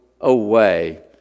away